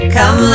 Come